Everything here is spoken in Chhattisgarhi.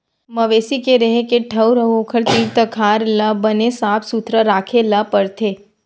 मवेशी के रेहे के ठउर अउ ओखर तीर तखार ल बने साफ सुथरा राखे ल परथे